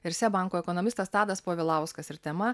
ir seb banko ekonomistas tadas povilauskas ir tema